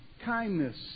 kindness